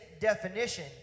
definition